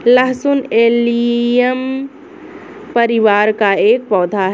लहसुन एलियम परिवार का एक पौधा है